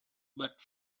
but